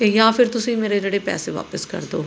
ਅਤੇ ਜਾਂ ਫਿਰ ਤੁਸੀਂ ਮੇਰੇ ਜਿਹੜੇ ਪੈਸੇ ਵਾਪਸ ਕਰ ਦਿਉ